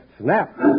snap